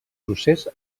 procés